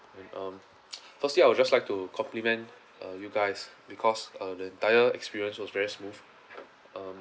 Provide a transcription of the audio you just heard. um firstly I would just like to compliment uh you guys because uh the entire experience was very smooth um